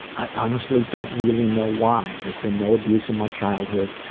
i honestly don't really know why. there's been no abuse in my childhood,